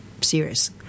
serious